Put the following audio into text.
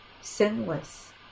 sinless